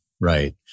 right